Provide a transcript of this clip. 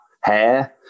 hair